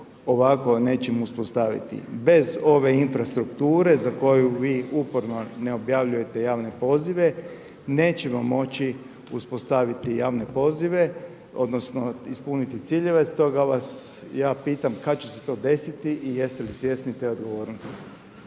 ovako nećemo uspostaviti, bez ove infrastrukture za koju vi uporno ne objavljujete javne pozive nećemo moći uspostaviti javne pozive, odnosno ispuniti ciljeve, stoga vas ja pitam kad će se to desiti i jeste li svjesni te odgovornosti?